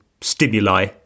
stimuli